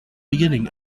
beginning